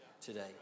today